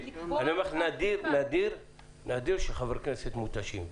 אני אומר לך שנדיר שחברי כנסת מותשים,